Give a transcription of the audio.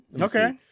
Okay